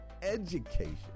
education